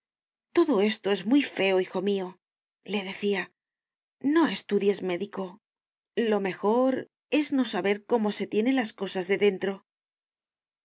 todo esto es muy feo hijo míole decía no estudies médico lo mejor es no saber cómo se tiene las cosas de dentro